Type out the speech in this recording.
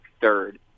third